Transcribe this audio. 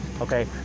Okay